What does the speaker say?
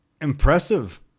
impressive